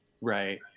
right